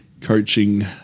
coaching